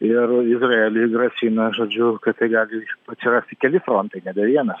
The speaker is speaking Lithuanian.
ir izraeliui grasina žodžiu kad tai gali atsirasti keli frontai nebe vienas